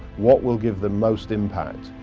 what will give the most impact?